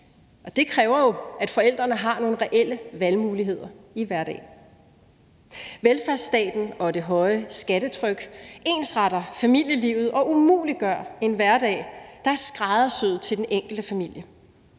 Og det kræver jo, at forældrene har nogle reelle valgmuligheder i hverdagen. Velfærdsstaten og det høje skattetryk ensretter familielivet og umuliggør en hverdag, der er skræddersyet til den enkelte familie.